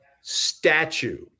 statue